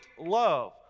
love